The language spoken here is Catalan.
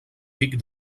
pic